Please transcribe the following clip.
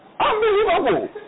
Unbelievable